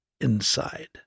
inside